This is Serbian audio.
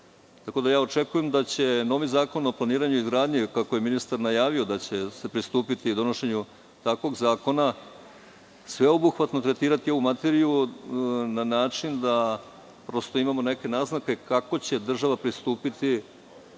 smisao. Očekujem da će novi zakon o planiranju i izgradnji, kako je ministar najavio, da će se pristupiti donošenju takvog zakona, sveobuhvatno tretirati ovu materiju na način da prosto imamo neke naznake kako će država pristupiti